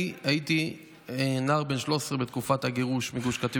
אני הייתי נער בן 13 בתקופת הגירוש מגוש קטיף,